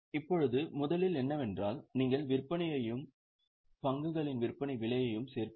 இப்போது முதலில் என்னவென்றால் நீங்கள் விற்பனையையும் பங்குகளின் விற்பனை விலையையும் சேர்ப்பீர்கள்